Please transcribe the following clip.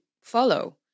Follow